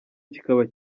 kikaba